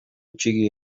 txiki